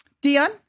Dion